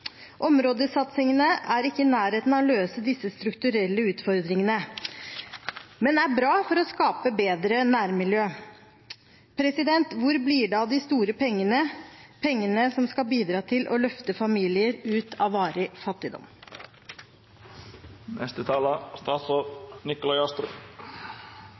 Områdesatsingene er ikke i nærheten av å løse disse strukturelle utfordringene, men er bra for å skape bedre nærmiljøer. Hvor blir det av de store pengene, pengene som skal bidra til å løfte familier ut av varig fattigdom?